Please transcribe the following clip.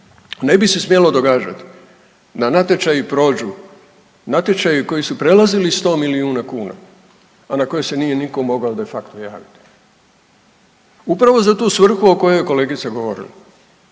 Ne bi se smjelo događati da natječaji prođu, natječaji koji su prelazili 100 milijuna kuna, a na koje se nije nitko mogao de facto javiti. Upravo za tu svrhu o kojoj je kolegica govorila.